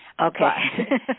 Okay